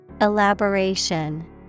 Elaboration